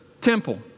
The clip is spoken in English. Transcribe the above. temple